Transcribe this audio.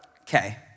Okay